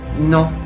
Non